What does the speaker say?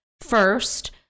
First